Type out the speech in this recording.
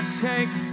take